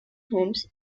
homes